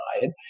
diet